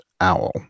owl